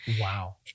Wow